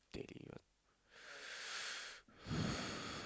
daily one